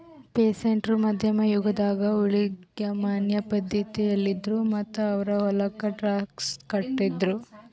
peasant ರು ಮಧ್ಯಮ್ ಯುಗದಾಗ್ ಊಳಿಗಮಾನ್ಯ ಪಧ್ಧತಿಯಲ್ಲಿದ್ರು ಮತ್ತ್ ಅವ್ರ್ ಹೊಲಕ್ಕ ಟ್ಯಾಕ್ಸ್ ಕಟ್ಟಿದ್ರು